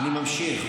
אני ממשיך.